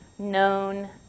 known